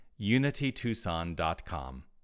unitytucson.com